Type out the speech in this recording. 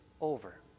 over